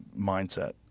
mindset